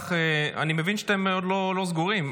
אני מבין שאתם עוד לא סגורים,